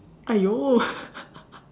!aiyo!